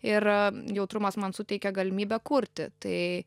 ir a jautrumas man suteikė galimybę kurti tai